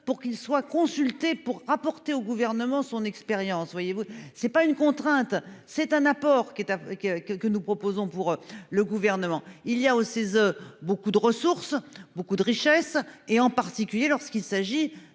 pour qu'ils soient consultés pour apporter au gouvernement son expérience. Voyez-vous ce n'est pas une contrainte, c'est un apport qui est à qui que que nous proposons pour le gouvernement il y a au CESE beaucoup de ressources beaucoup de richesses et en particulier lorsqu'il s'agit